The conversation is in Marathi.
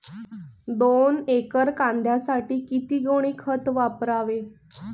दोन एकर कांद्यासाठी किती गोणी खत वापरावे?